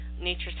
nature